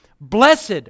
Blessed